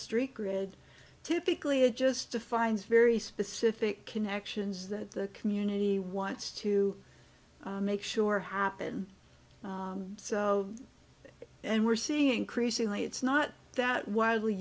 street grid typically it just defines very specific connections that the community wants to make sure happen so and we're seeing increasingly it's not that widely